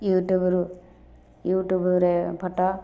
ୟୁଟ୍ୟୁବରୁ ୟୁଟ୍ୟୁବରେ ଫଟୋ